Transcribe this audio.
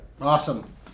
Awesome